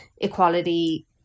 equality